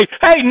Hey